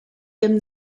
him